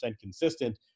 consistent